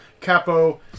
capo